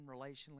relationally